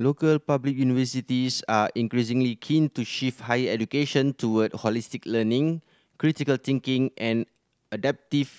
local public universities are increasingly keen to shift higher education toward holistic learning critical thinking and adaptive